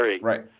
Right